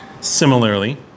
Similarly